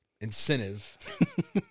incentive